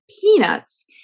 peanuts